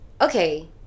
okay